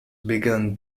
began